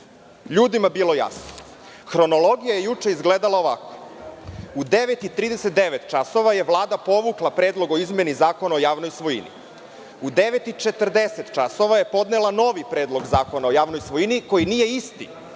ljudima bilo jasno, hronologija je juče izgledala ovako: u 9,39 časova je Vlada povukla Predlog o izmeni Zakona o javnoj svojini, u 9,40 časova je podnela novi Predlog zakona o javnoj svojini, koji nije isti